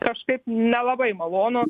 kažkaip nelabai malonu